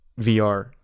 VR